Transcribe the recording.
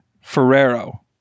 Ferrero